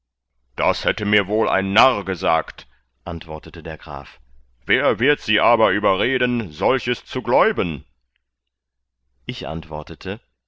das hätte mir wohl ein narr gesagt antwortete der graf wer wird sie aber überreden solches zu gläuben ich antwortete